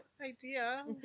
Idea